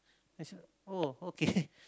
I said oh okay